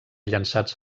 llançats